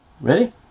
Ready